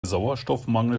sauerstoffmangel